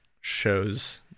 shows